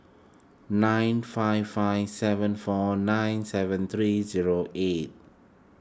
nine five five seven four nine seven three zero eight